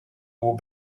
will